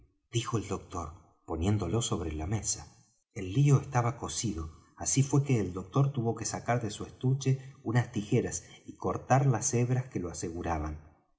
dijo el doctor poniéndolo sobre la mesa el lío estaba cosido así fué que el doctor tuvo que sacar de su estuche unas tijeras y cortar las hebras que lo aseguraban